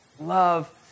love